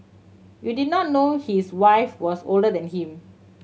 you did not know his wife was older than him